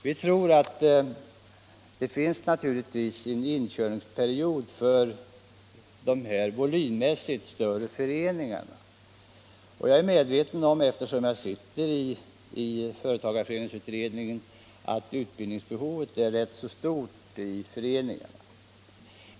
Naturligtvis blir det en inkörningsperiod för de här volymmässigt större föreningarna, och jag är medveten om — eftersom jag sitter i företagareföreningsutredningen — att utbildningsbehovet är rätt stort i föreningarna.